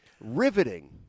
riveting